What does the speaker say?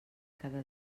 cada